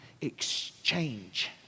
exchange